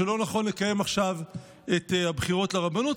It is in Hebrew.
שלא נכון לקיים עכשיו את הבחירות לרבנות,